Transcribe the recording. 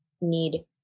need